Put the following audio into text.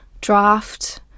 draft